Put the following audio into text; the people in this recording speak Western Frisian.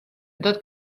dat